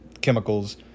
chemicals